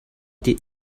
did